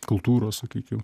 kultūros sakykim